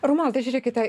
romualda žiūrėkite